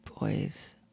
Boy's